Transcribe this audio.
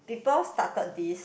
people started this